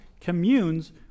communes